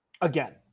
Again